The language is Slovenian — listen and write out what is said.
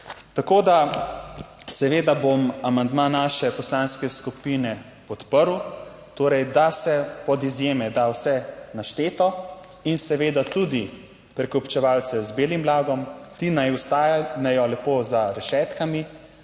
Tako, da seveda bom amandma naše poslanske skupine podprl torej, da se pod izjeme da vse našteto in seveda tudi prekupčevalce z belim blagom ti naj ostanejo lepo za rešetkami.